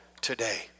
today